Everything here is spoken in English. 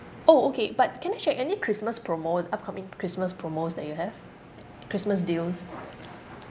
orh okay but can I check any christmas promo~ upcoming christmas promos that you have christmas deals